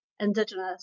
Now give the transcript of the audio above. Indigenous